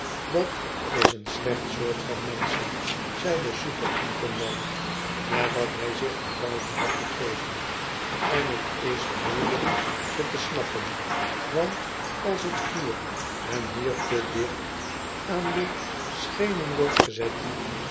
dat is een slecht soort van menschen zei de super intendant nadat hij zich naar buiten had begeven en t is moeielijk ze te snappen want als t vuur hen hier te dicht aan de schenen wordt gezet